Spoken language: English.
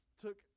took